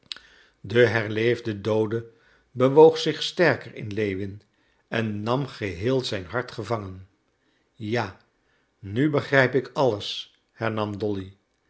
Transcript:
de herleefde doode bewoog zich sterker in lewin en nam geheel zijn hart gevangen ja nu begrijp ik alles hernam dolly